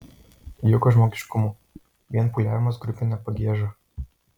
jokio žmogiškumo vien pūliavimas grupine pagieža